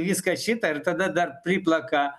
viską šitą ir tada dar priplaka